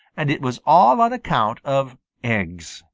and it was all on account of eggs.